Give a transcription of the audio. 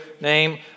name